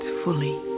fully